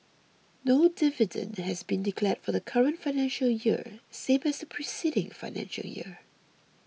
no dividend has been declared for the current financial year same as the preceding financial year